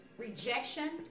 rejection